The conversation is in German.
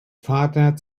vater